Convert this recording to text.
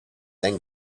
then